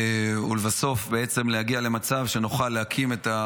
ולבסוף בעצם להגיע למצב שנוכל להקים גם